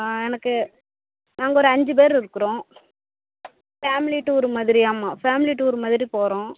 ஆ எனக்கு நாங்கள் ஒரு அஞ்சு பேர் இருக்கிறோம் ஃபேம்லி டூர் மாதிரி ஆமாம் ஃபேம்லி டூர் மாதிரி போகிறோம்